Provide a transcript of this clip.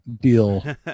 deal